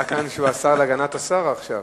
נראה כאן שהוא השר להגנת השר, עכשיו.